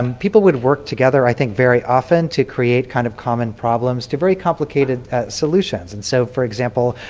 um people would work together i think very often to create kind of common problems to very complicated solutions. and so, for example,